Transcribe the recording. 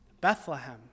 Bethlehem